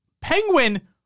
Penguin